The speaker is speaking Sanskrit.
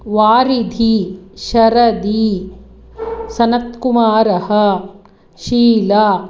वारिधि शरदी सनत्कुमारः शीला